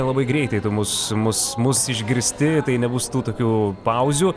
labai greitai tu mus mus mus išgirsti tai nebus tų tokių pauzių